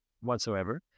whatsoever